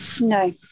No